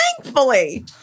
thankfully